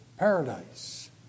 Paradise